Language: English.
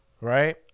right